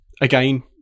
Again